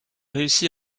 réussit